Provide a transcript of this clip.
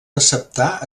acceptar